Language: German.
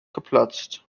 geplatzt